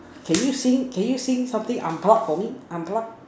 can you say can you say something I'm proud for me I'm proud